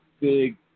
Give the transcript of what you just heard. big